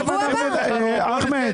--- אחמד,